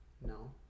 No